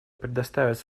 предоставить